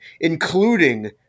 including